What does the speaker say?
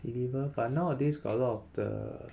illegal but nowadays got a lot of the